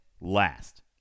last